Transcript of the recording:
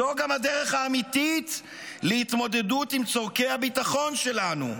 זו גם הדרך האמיתית להתמודדות עם צורכי הביטחון שלנו: